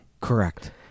Correct